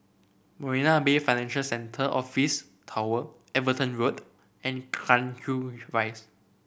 Marina Bay Financial Centre Office Tower Everton Road and Cairnhill Rise